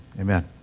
amen